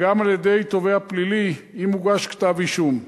וגם על-ידי תובע פלילי, אם הוגש כתב-אישום.